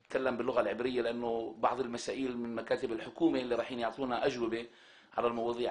זכו לזכויות שמגיעות להם על פי כל דין.